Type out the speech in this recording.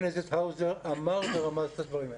וחבר הכנסת האוזר אמר ורמז את הדברים האלה,